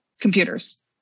computers